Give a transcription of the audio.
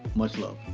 much love.